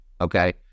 okay